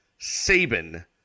Saban